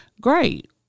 Great